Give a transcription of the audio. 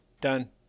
Done